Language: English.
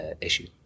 issue